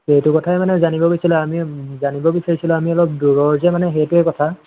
সেইটো কথাই মানে জানিব বিচাৰিলোঁ আমি জানিব বিচাৰিছিলোঁ আমি দূৰৰ যে মানে সেইটোৱে কথা